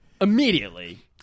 Immediately